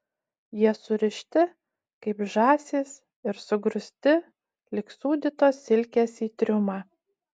jie surišti kaip žąsys ir sugrūsti lyg sūdytos silkės į triumą